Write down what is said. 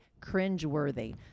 cringeworthy